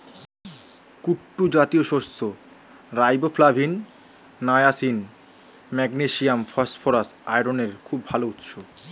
কুট্টু জাতীয় শস্য riboflavin, niacin, magnesium, phosphorus, আয়রনের খুব ভাল উৎস